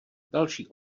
další